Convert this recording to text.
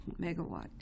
megawatt